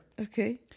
Okay